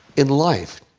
in life,